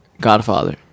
Godfather